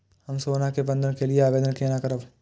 हम सोना के बंधन के लियै आवेदन केना करब?